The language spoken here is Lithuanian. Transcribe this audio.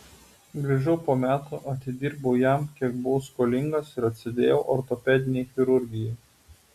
grįžau po metų atidirbau jam kiek buvau skolingas ir atsidėjau ortopedinei chirurgijai